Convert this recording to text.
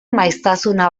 maiztasuna